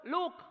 look